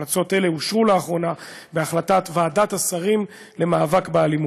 המלצות אלה אושרו לאחרונה בהחלטת ועדת השרים למאבק באלימות.